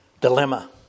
dilemma